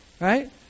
Right